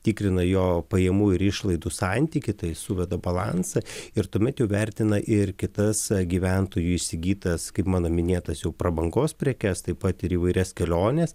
tikrina jo pajamų ir išlaidų santykį tai suveda balansą ir tuomet jau vertina ir kitas gyventojų įsigytas kaip mano minėtas jau prabangos prekes taip pat ir įvairias keliones